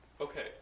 okay